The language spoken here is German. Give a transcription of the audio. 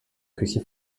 küche